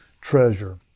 treasure